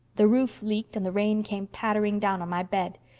the roof leaked and the rain came pattering down on my bed.